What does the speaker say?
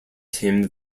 him